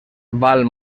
val